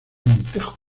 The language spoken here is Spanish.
montejo